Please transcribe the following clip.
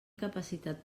capacitat